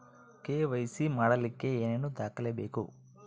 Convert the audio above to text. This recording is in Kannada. ಕೆ.ವೈ.ಸಿ ಮಾಡಲಿಕ್ಕೆ ಏನೇನು ದಾಖಲೆಬೇಕು?